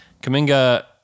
Kaminga